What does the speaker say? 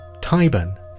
Tyburn